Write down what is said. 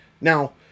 Now